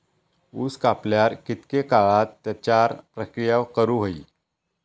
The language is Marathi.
ऊस कापल्यार कितके काळात त्याच्यार प्रक्रिया करू होई?